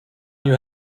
you